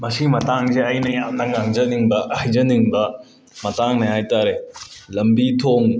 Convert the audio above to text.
ꯃꯁꯤ ꯃꯇꯥꯡꯖꯦ ꯑꯩꯅ ꯌꯥꯝꯅ ꯉꯥꯡꯖꯅꯤꯡꯕ ꯍꯥꯏꯖꯅꯤꯡꯕ ꯃꯇꯥꯡꯅꯦ ꯍꯥꯏ ꯇꯥꯔꯦ ꯂꯝꯕꯤ ꯊꯣꯡ